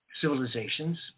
civilizations